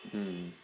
mmhmm